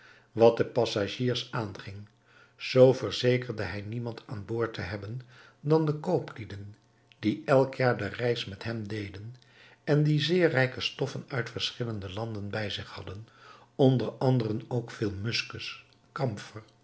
wat de passagiers aanging zoo verzekerde hij niemand aan boord te hebben dan de kooplieden die elk jaar de reis met hem deden en die zeer rijke stoffen uit verschillende landen bij zich hadden onder anderen ook veel muskus